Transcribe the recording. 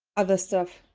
other stuff.